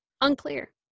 Unclear